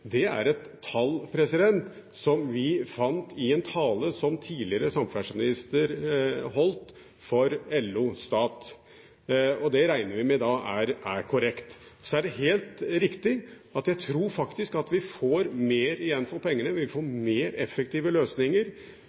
Det er et tall som vi fant i en tale som tidligere samferdselsminister holdt for LO Stat. Det regner vi da med er korrekt. Så er det helt riktig at jeg tror faktisk at vi får mer igjen for pengene, vi får mer effektive løsninger,